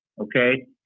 Okay